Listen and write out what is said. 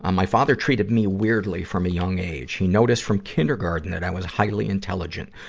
um my father treated me weirdly from a young age. he noticed from kindergarten that i was highly intelligent.